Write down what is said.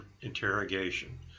interrogation